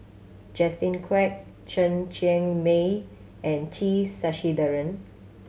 Justin Quek Chen Cheng Mei and T Sasitharan